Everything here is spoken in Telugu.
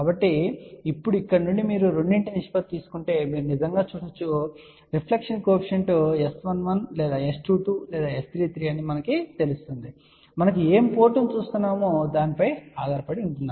కాబట్టి ఇప్పుడు ఇక్కడ నుండి మీరు రెండింటి నిష్పత్తిని తీసుకుంటే మీరు నిజంగా చూడవచ్చు కాబట్టి రిఫ్లెక్షన్ కోఎఫిషియంట్ S11 లేదా S22 లేదా S33 అని మనకు తెలుసు ఇది మనం ఏ పోర్టును చూస్తున్నామో దానిపై ఆధారపడి ఉంటుంది